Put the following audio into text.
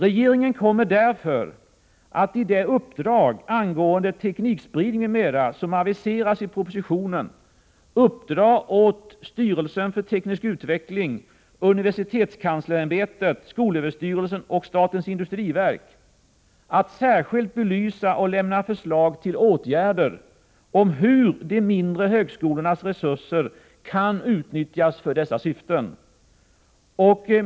Regeringen kommer därför att i det uppdrag angående teknikspridning m.m., som aviseras i propositionen, uppdra åt STU, UHÄ, SÖ och SIND att särskilt belysa och lämna förslag till åtgärder om hur de mindre högskolornas resurser kan utnyttjas för dessa syften.